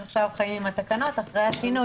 אפשר להתקיים עם התקנות אחרי השינוי.